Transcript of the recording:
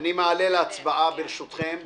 אני מעלה להצבעה את סעיף קטן (ו),